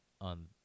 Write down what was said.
on